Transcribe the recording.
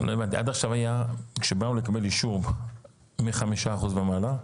עד עכשיו כשרצו לקבל אישור מ-5% ומעלה,